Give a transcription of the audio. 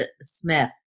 Smith